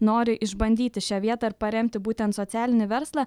nori išbandyti šią vietą ir paremti būtent socialinį verslą